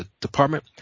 department